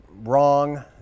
wrong